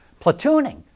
Platooning